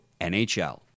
NHL